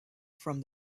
from